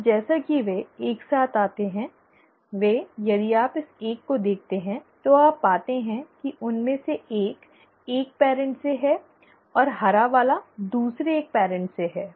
और जैसा कि वे एक साथ आते हैं वे यदि आप इस एक को देखते हैं तो आप पाते हैं कि उनमें से एक एक पेअरन्ट् से है और हरा वाला दूसरे एक पेअरन्ट् से है